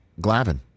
Glavin